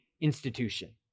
institution